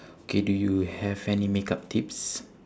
okay do you have any makeup tips